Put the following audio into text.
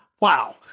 Wow